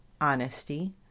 honesty